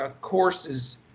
courses